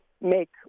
make